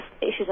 issues